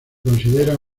considera